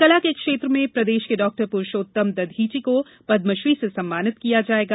कला के क्षेत्र में प्रदेश के डाक्टर पुरुषोत्तम दक्षीचि को पदमश्री से सम्मानित किया जायेगा